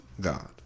God